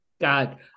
God